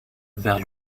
vers